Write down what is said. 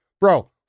Bro